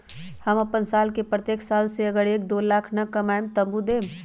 हम अपन साल के प्रत्येक साल मे अगर एक, दो लाख न कमाये तवु देम?